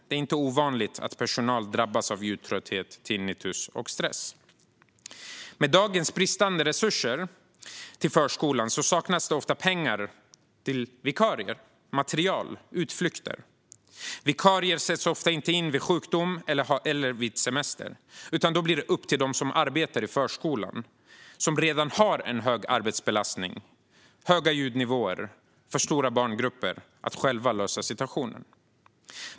Det är inte ovanligt att personal drabbas av ljudtrötthet, tinnitus och stress." Med dagens bristande resurser till förskolan saknas det ofta pengar till vikarier, material och utflykter. Vikarier sätts ofta inte in vid sjukdom eller semester, utan då blir det upp till dem som arbetar i förskolan - som redan har hög arbetsbelastning med höga ljudnivåer och för stora barngrupper - att själva lösa situationen.